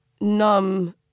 numb